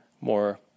more